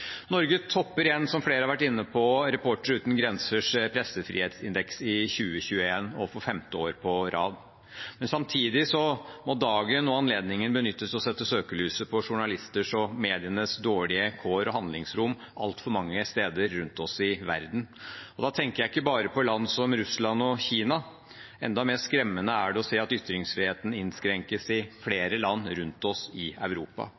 Norge topper igjen, som flere har vært inne på, Reportere uten grensers pressefrihetsindeks i 2021, for femte år på rad. Samtidig må dagen og anledningen benyttes til å sette søkelyset på journalisters og medienes dårlige kår og handlingsrom altfor mange steder rundt oss i verden. Da tenker jeg ikke bare på land som Russland og Kina. Enda mer skremmende er det å se at ytringsfriheten innskrenkes i flere land rundt oss i Europa,